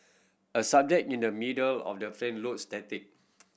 a subject in the middle of the frame looks static